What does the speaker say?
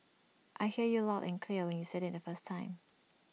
I heard you loud and clear when you said IT the first time